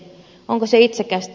onko se itsekästä